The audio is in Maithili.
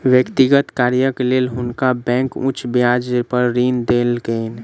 व्यक्तिगत कार्यक लेल हुनका बैंक उच्च ब्याज पर ऋण देलकैन